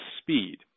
speed